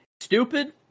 stupid